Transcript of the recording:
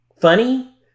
funny